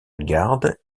garde